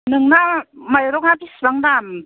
नोंना माइरङा बेसिबां दाम